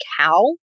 cow